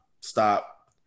stop